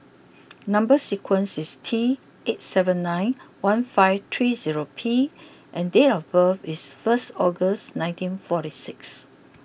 number sequence is T eight seven nine one five three zero P and date of birth is first August nineteen forty six